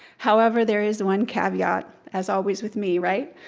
however, there is one caveat, as always, with me, right?